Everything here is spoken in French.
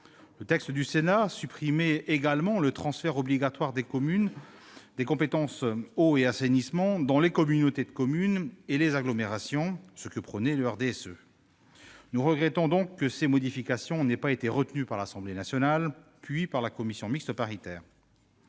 Le texte du Sénat supprimait également le transfert obligatoire des compétences « eau et assainissement » dans les communautés de communes et les agglomérations, ce que prônait le RDSE. Nous regrettons donc que ces modifications n'aient pas été retenues par l'Assemblée nationale, puis par la commission mixte paritaire.